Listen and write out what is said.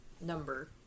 number